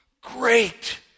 great